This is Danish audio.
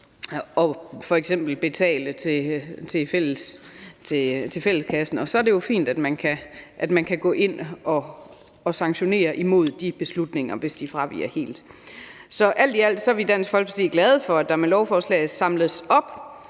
fra at betale til fælleskassen. Og så er det jo fint, at man kan gå ind og sanktionere imod de beslutninger, hvis de fraviger helt. Så alt i alt er vi i Dansk Folkeparti glade for, at der med lovforslaget samles op